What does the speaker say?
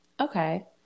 Okay